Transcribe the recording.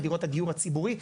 לדירות הדיור הציבורי.